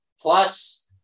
plus